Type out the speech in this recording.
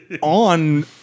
On